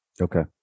Okay